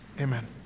Amen